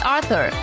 Arthur